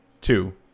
Two